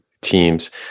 teams